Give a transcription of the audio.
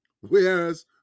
whereas